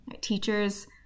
Teachers